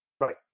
Right